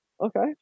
okay